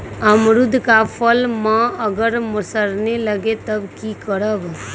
अमरुद क फल म अगर सरने लगे तब की करब?